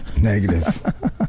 Negative